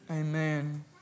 Amen